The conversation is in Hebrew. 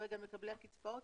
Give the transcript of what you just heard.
כרגע מקבלי הקצבאות.